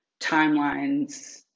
timelines